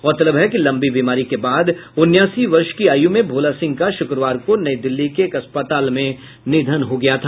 गौरतलब है कि लंबी बीमारी के बाद उन्यासी वर्ष की आयु में भोला सिंह का शुक्रवार को नई दिल्ली के एक अस्पताल में निधन हो गया था